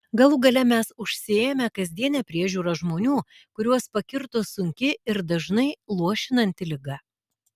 galų gale mes užsiėmę kasdiene priežiūra žmonių kuriuos pakirto sunki ir dažnai luošinanti liga